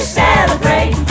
celebrate